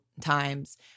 times